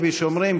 כפי שאומרים,